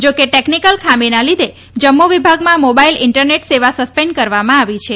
જાકે ટેકનિકલ ખામીના લીધે જમ્મુ વિભાગમાં મોબાઈલ ઈન્ટરનેટ સેવા સસ્પેન્ડ કરવામાં આવી છે